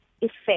effect